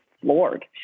floored